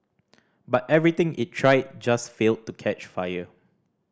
but everything it tried just failed to catch fire